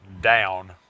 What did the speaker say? down